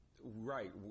right